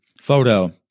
photo